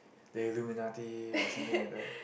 the Illuminati or something like that